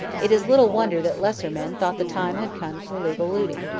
it is little wonder that lesser men thought the time had come for legal looting.